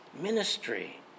ministry